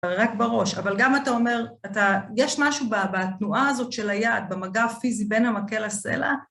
רק בראש, אבל גם אתה אומר, אתה, יש משהו בתנועה הזאת של היד, במגע הפיזי בין המקל לסלע..